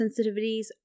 sensitivities